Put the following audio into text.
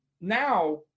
now